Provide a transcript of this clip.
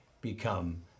become